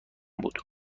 بود